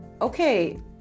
okay